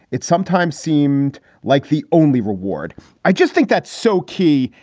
it sometimes seemed like the only reward i just think that's so key.